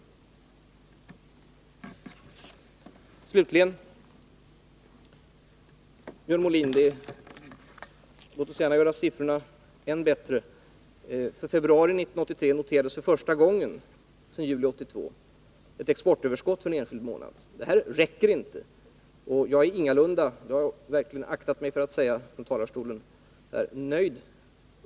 Låt oss slutligen, Björn Molin, gärna göra siffrorna än bättre. För februari 1983 noterades för första gången sedan juli 1982 ett exportöverskott för en enskild månad. Men detta räcker inte. Och jag är ingalunda nöjd — det har jag också aktat mig för att säga från talarstolen.